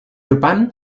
depan